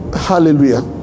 hallelujah